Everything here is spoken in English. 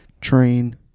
train